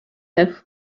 have